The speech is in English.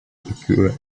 occur